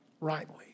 rightly